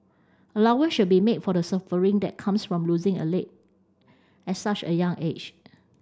allowance should be made for the suffering that comes from losing a leg at such a young age